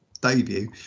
debut